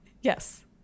Yes